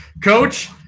Coach